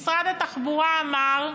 משרד התחבורה אמר: